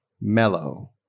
Mellow